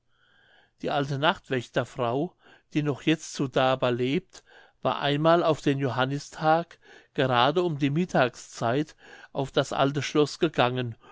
die alte nachtwächterfrau die noch jetzt zu daber lebt war einmal auf den johannistag gerade um die mittagszeit auf das alte schloß gegangen